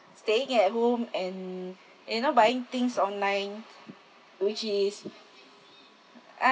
staying at home and you know buying things online which is uh